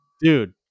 dude